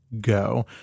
go